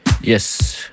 Yes